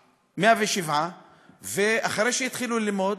107. 107, ואחרי שהתחילו ללמוד,